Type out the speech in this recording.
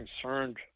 concerned